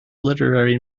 literary